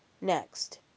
Next